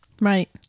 Right